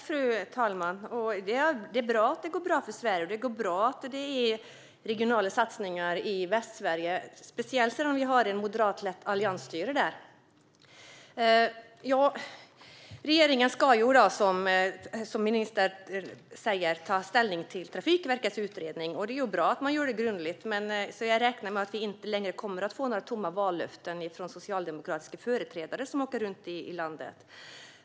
Fru talman! Det är bra att det går bra för Sverige. Det är också bra att det sker regionala satsningar i Västsverige, där vi har ett moderatlett alliansstyre. Regeringen ska, som ministern säger, ta ställning till Trafikverkets utredning. Det är bra att man gör det grundligt. Jag räknar med att vi inte kommer att få några fler tomma vallöften från socialdemokratiska företrädare som åker runt i landet.